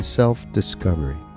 self-discovery